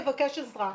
יבקש עזרה.